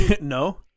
No